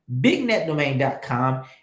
BignetDomain.com